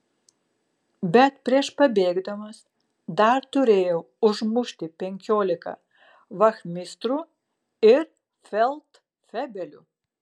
bet prieš pabėgdamas dar turėjau užmušti penkiolika vachmistrų ir feldfebelių